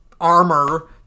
armor